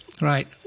Right